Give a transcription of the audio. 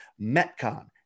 Metcon